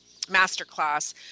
masterclass